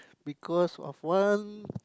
because of one